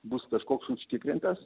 bus kažkoks užtikrintas